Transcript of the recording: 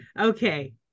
Okay